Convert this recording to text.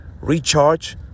recharge